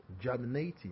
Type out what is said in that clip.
germinating